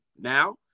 Now